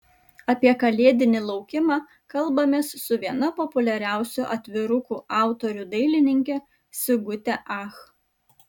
apie kalėdinį laukimą kalbamės su viena populiariausių atvirukų autorių dailininke sigute ach